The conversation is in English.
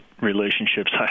relationships